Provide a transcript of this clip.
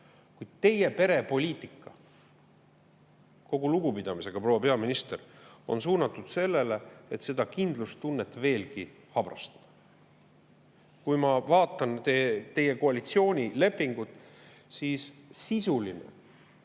Teie perepoliitika, kogu lugupidamisega, proua peaminister, on suunatud sellele, et kindlustunnet veelgi habrastada. Kui ma vaatan teie koalitsioonilepingut, siis [näen,